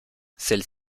celle